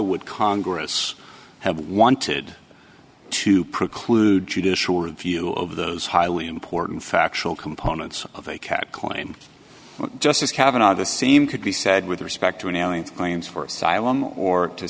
would congress have wanted to preclude judicial review of those highly important factual components of a cat claim just as cavanagh the same could be said with respect to an ailing claims for asylum or to